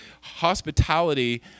hospitality